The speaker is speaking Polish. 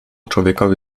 człowiekowi